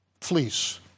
fleece